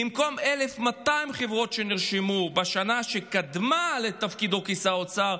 במקום 1,200 חברות שנרשמו בשנה שקדמה לתפקידו כשר אוצר,